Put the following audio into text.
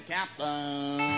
Captain